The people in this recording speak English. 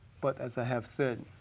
but as i have said,